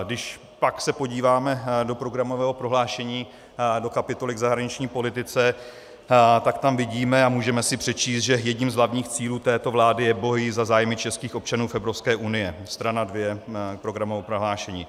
Když pak se podíváme do programového prohlášení, do kapitoly k zahraniční politice, tak tam vidíme a můžeme si přečíst, že jedním z hlavních cílů této vlády je boj za zájmy českých občanů v Evropské unii, strana 2 programového prohlášení.